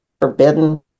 forbidden